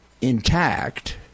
intact